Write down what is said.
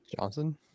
johnson